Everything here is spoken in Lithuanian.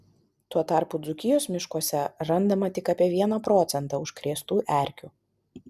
tuo tarpu dzūkijos miškuose randama tik apie vieną procentą užkrėstų erkių